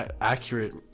accurate